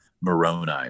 Moroni